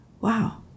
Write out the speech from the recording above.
Wow